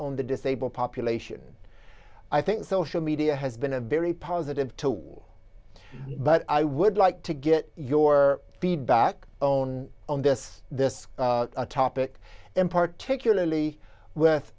on the disabled population i think social media has been a very positive toward but i would like to get your feedback own on this topic and particularly with